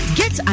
get